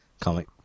comic